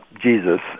Jesus